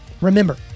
Remember